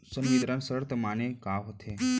संवितरण शर्त माने का होथे?